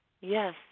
Yes